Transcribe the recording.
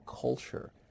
culture